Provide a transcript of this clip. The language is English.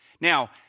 Now